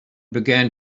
began